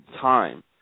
time